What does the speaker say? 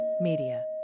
Media